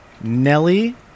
Nelly